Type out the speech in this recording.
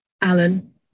Alan